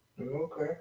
Okay